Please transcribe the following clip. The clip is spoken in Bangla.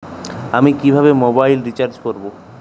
আমি কিভাবে মোবাইল রিচার্জ করব?